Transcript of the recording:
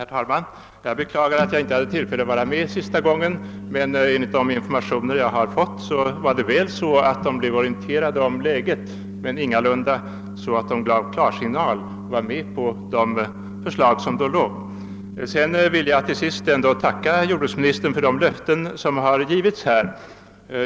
Herr talman! Jag beklagar att jag inte hade tillfälle att vara med den senaste gången. Enligt de informationer jag har fått blev fiskarnas representanter visserligen orienterade om läget, men de gav ingalunda klarsignal till de förslag som då förelåg. Till sist vill jag ändå tacka jordbruksministern för de löften som har givits här.